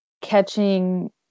catching